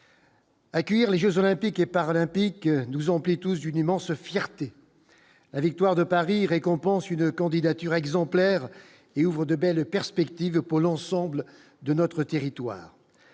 Accueillir les Jeux olympiques et paralympiques nous emplit tous une immense fierté, la victoire de Paris récompense une candidature exemplaire et ouvre de belles perspectives pour l'ensemble de notre territoire